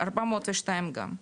402 גם.